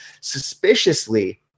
Suspiciously